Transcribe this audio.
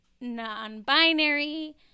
non-binary